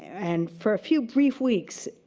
and for a few brief weeks,